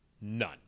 none